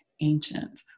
ancient